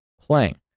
playing